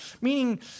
Meaning